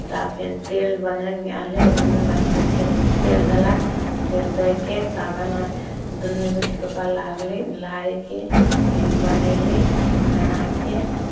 तऽ फेर तेल बने आनली दुन्नू बहीन मिलि कऽ तेल देलक तेल दए कऽ तब हइ ने दुन मिलके ओकरा लारली लारि कऽ फेर बनयली बना कऽ